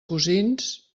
cosins